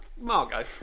Margot